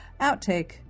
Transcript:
outtake